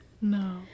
No